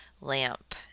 lamp